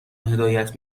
هدایت